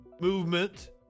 movement